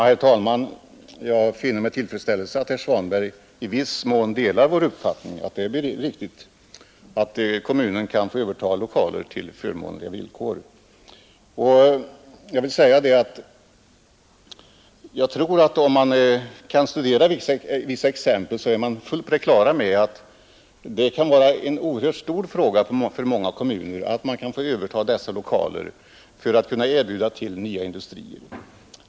Herr talman! Jag finner med tillfredsställelse att herr Svanberg i viss mån delar vår uppfattning, att kommunen bör få överta industrilokaler på förmånliga villkor. Om man tittar på vissa exempel på nedläggningar blir man fullt på det klara med att det kan vara oerhört angeläget för många kommuner att man får överta lokalerna för att kunna erbjuda dem till nya industrier.